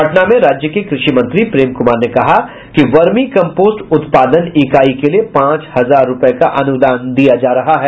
पटना में राज्य के कृषि मंत्री प्रेम कुमार ने कहा कि वर्मी कम्पोस्ट उत्पादन इकाई के लिये पांच हजार रूपये का अनुदान दिया जा रहा है